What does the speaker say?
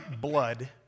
blood